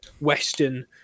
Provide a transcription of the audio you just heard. Western